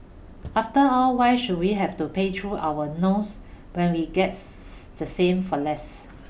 after all why should we have to pay through our nose when we gets the same for less